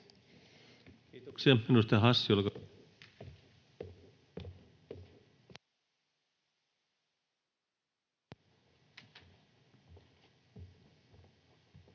Kiitoksia.